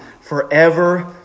forever